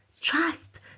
Trust